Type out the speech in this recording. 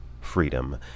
freedom